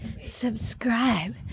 subscribe